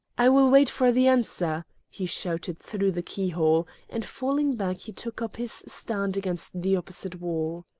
i will wait for the answer, he shouted through the keyhole, and falling back he took up his stand against the opposite wall.